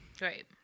Right